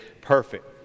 perfect